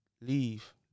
leave